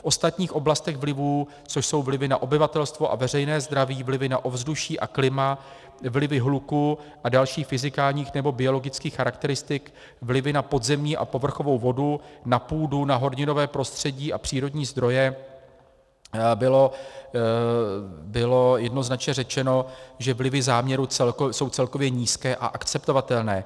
V ostatních oblastech vlivů, což jsou vlivy na obyvatelstvo a veřejné zdraví, vlivy na ovzduší a klima, vlivy hluku a dalších fyzikálních nebo biologických charakteristik, vlivy na podzemní a povrchovou vodu, na půdu, na horninové prostředí a přírodní zdroje, bylo jednoznačně řečeno, že vlivy záměru jsou celkově nízké a akceptovatelné.